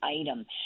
item